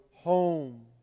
Home